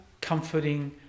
comforting